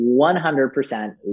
100